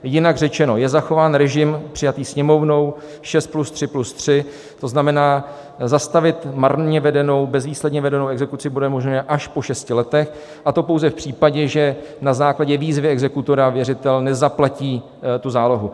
Jinak řečeno, je zachován režim přijatý Sněmovnou, 6 3 3, to znamená, zastavit marně vedenou, bezvýsledně vedenou exekuci bude možné až po šesti letech, a to pouze v případě, že na základě výzvy exekutora věřitel nezaplatí tu zálohu.